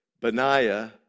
Benaiah